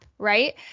right